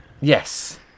Yes